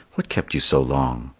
what kept you so long?